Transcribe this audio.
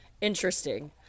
Interesting